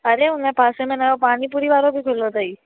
अरे उन पासे में नयो पानीपूरी वारो बि खुलियो अथई